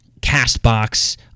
CastBox